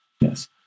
Yes